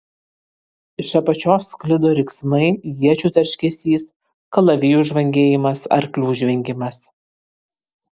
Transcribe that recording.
iš apačios sklido riksmai iečių tarškesys kalavijų žvangėjimas arklių žvengimas